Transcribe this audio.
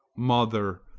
mother,